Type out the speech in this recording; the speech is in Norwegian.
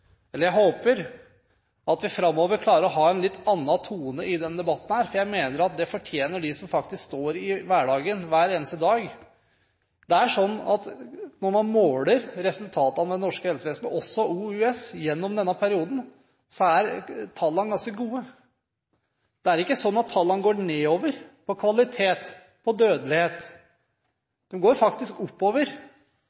eller, som noen sa, da bakker man båten i stedet for at den går framover. Jeg håper at vi framover klarer å ha en litt annen tone i denne debatten, for jeg mener at de som faktisk står i dette i hverdagen hver eneste dag, fortjener det. Når man måler resultatet av det norske helsevesenet, også for Oslo universitetssykehus, gjennom denne perioden, er tallene ganske gode. Det er ikke sånn at tallene går nedover på kvalitet,